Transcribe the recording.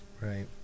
Right